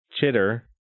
Chitter